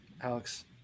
Alex